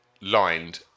lined